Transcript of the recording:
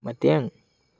ꯃꯇꯦꯡ